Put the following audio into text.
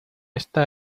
está